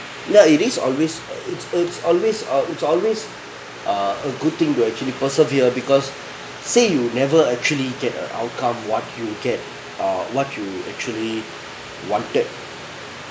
ya it is always it's it's always uh it's always err a good thing to actually persevere because say you never actually get a outcome what you get uh what you actually wanted